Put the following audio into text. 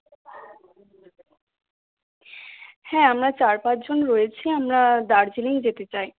হ্যাঁ আমরা চার পাঁচজন রয়েছি আমরা দার্জিলিং যেতে চাই